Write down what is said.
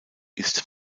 ist